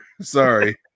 Sorry